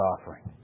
offering